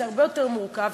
זה הרבה יותר מורכב,